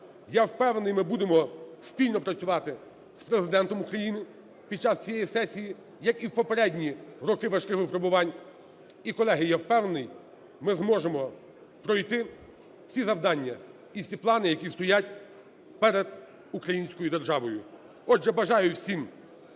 Я впевнений, ми будемо спільно працювати з Президентом України під час цієї сесії, як і в попередні роки важких випробувань. І, колеги, я впевнений, ми зможемо пройти всі завдання і всі плани, які стоять перед українською державою. Отже, бажаю всім